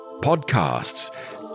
podcasts